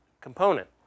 component